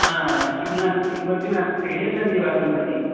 हा किं नास्ति किमपि नास्ति गृहे सन्ति वा सम्प्रति